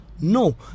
no